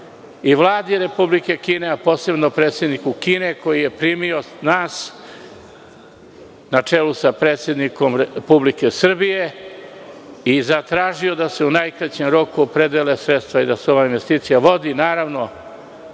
Vladi Republike Kine, a posebno predsedniku Kine koji je primio nas na čelu sa predsednikom Republike Srbije i zatražio da se u najkraćem roku opredele sredstva da se ova investicija vodi.